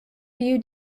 view